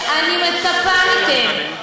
אני מצפה מכם,